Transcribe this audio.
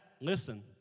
listen